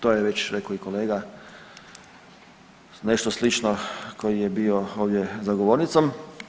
To je već rekao i kolega nešto slično koji je bio ovdje za govornicom.